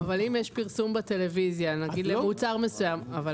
אבל אם יש פרסום בטלוויזיה נגיד למוצר מסוים,